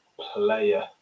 player